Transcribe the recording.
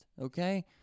okay